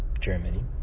Germany